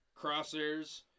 crosshairs